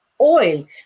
oil